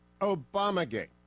Obamagate